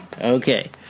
Okay